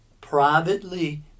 privately